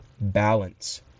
balance